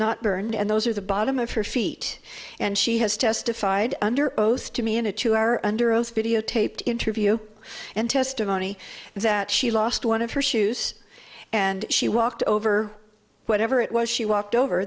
not burned and those are the bottom of her feet and she has testified under oath to me in a two hour under oath video taped interview and testimony that she lost one of her shoes and she walked over whatever it was she walked over